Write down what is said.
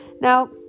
Now